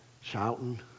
shouting